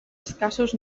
escassos